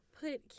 put